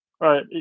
right